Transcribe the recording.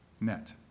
net